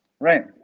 right